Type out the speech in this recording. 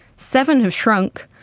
seven have shrunk,